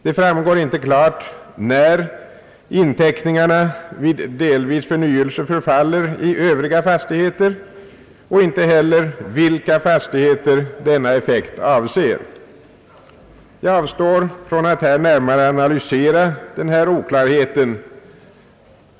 Det framgår inte klart när inteckningarna vid delvis förnyelse förfaller i övriga fastigheter och inte heller vilka fastigheter denna effekt avser. Jag avstår från att här närmare analysera denna oklarhet.